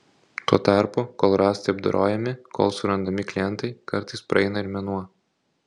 tuo tarpu kol rąstai apdorojami kol surandami klientai kartais praeina ir mėnuo